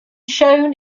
shown